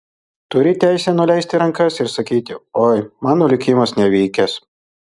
turi teisę nuleisti rankas ir sakyti oi mano likimas nevykęs